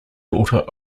daughter